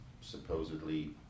supposedly